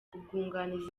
ubwunganizi